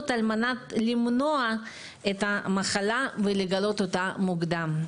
על מנת למנוע את המחלה ולגלות אותה מוקדם.